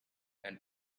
and